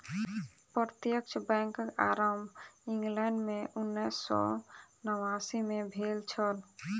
प्रत्यक्ष बैंकक आरम्भ इंग्लैंड मे उन्नैस सौ नवासी मे भेल छल